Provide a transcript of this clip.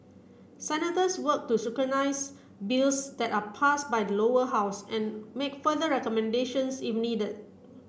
senators work to scrutinise bills that are passed by the Lower House and make further recommendations if needed